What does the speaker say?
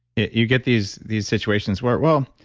you get these these situations where, well,